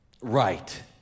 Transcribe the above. right